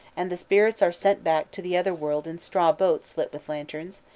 and the spirits are sent back to the otherworld in straw boats lit with lanterns,